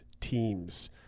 teams